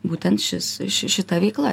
būtent šis ši šita veikla